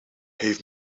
heeft